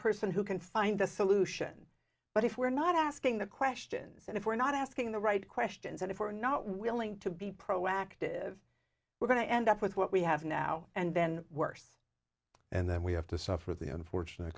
person who can find the solution but if we're not asking the questions and if we're not asking the right questions and if we're not willing to be proactive we're going to end up with what we have now and then worse and then we have to suffer the unfortunate